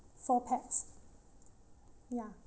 four pax yeah